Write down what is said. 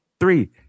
Three